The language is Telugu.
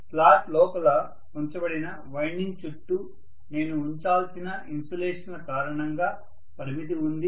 స్లాట్ లోపల ఉంచబడిన వైండింగ్ చుట్టూ నేను ఉంచాల్సిన ఇన్సులేషన్ల కారణంగా పరిమితి ఉంది